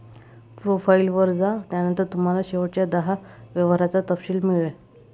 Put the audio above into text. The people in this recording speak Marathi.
प्रोफाइल वर जा, त्यानंतर तुम्हाला शेवटच्या दहा व्यवहारांचा तपशील मिळेल